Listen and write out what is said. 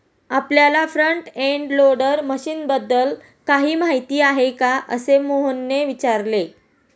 आपल्याला front end loader मशीनबद्दल काही माहिती आहे का, असे मोहनने विचारले?